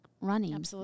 running